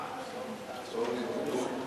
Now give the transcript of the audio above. חוק עבודת נשים (תיקון מס'